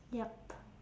yup